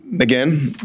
Again